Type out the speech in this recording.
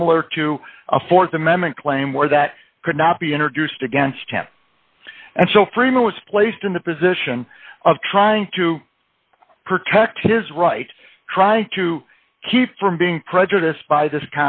similar to a th amendment claim where that could not be introduced against him and so freeman was placed in the position of trying to protect his rights try to keep from being prejudiced by this